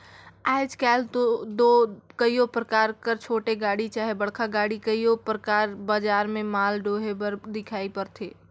आएज काएल दो कइयो परकार कर छोटे गाड़ी चहे बड़खा गाड़ी कइयो परकार बजार में माल डोहे बर दिखई परथे